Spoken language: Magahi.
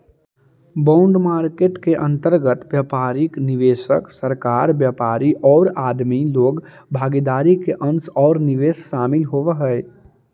बॉन्ड मार्केट के अंतर्गत व्यापारिक निवेशक, सरकार, व्यापारी औउर आदमी लोग भागीदार के अंश औउर निवेश शामिल होवऽ हई